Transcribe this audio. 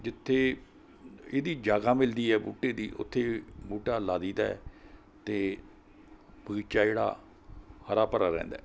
ਜਿੱਥੇ ਇਹਦੀ ਜਗ੍ਹਾ ਮਿਲਦੀ ਹੈ ਬੂਟੇ ਦੀ ਉੱਥੇ ਬੂਟਾ ਲਾ ਦਈਦਾ ਅਤੇ ਬਗ਼ੀਚਾ ਜਿਹੜਾ ਹਰਾ ਭਰਾ ਰਹਿੰਦਾ